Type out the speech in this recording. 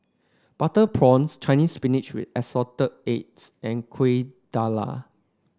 Butter Prawns Chinese Spinach with Assorted Eggs and Kuih Dadar